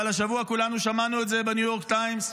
אבל השבוע כולנו שמענו את זה בניו יורק טיימס,